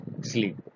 sleep